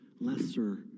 lesser